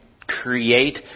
Create